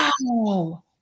Wow